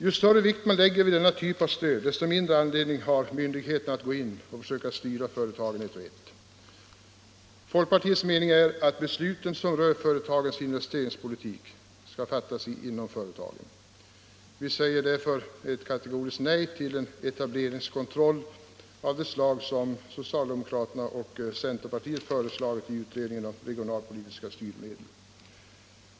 Ju större vikt man lägger vid denna typ av stöd desto mindre anledning har myndigheterna att gå in och försöka styra företagen ett och ett. Folkpartiets mening är att besluten som rör företagens investeringspolitik skall fattas inom företagen. Vi säger därför ett kategoriskt nej till etableringskontroll av det slag som socialdemokraterna och centerpartiet föreslagit i utredningen om regionalpolitiska styrmedel.